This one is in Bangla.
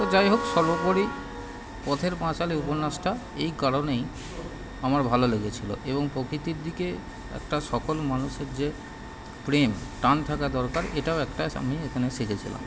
তো যাইহোক সর্বোপরি পথের পাঁচালী উপন্যাসটা এই কারণেই আমার ভালো লেগেছিল এবং প্রকৃৃতির দিকে একটা সলল মানুষের যে প্রেম টান থাকা দরকার এটাও একটা আমি এখানে শিখেছিলাম